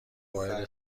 وارد